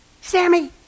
Sammy